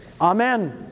Amen